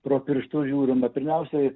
pro pirštus žiūrima pirmiausiai